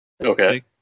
Okay